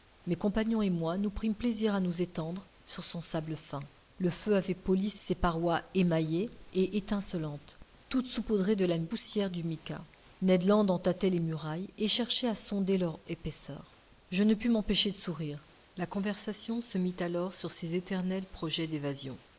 mes compagnons et moi nous prîmes plaisir à nous étendre sur son sable fin le feu avait poli ses parois émaillées et étincelantes toutes saupoudrées de la poussière du mica ned land en tâtait les murailles et cherchait à sonder leur épaisseur je ne pus m'empêcher de sourire la conversation se mit alors sur ses éternels projets d'évasion